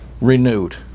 renewed